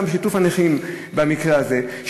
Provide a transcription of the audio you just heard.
גם שיתוף הנכים במקרה הזה,